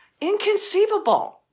Inconceivable